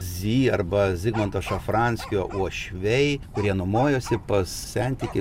zy arba zigmanto šafranskio uošviai kurie nuomojosi pas sentikį